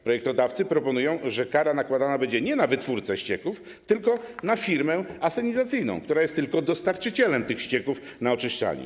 Projektodawcy proponują, że kara będzie nakładana nie na wytwórcę ścieków, ale na firmę asenizacyjną, która jest tylko dostarczycielem tych ścieków do oczyszczalni.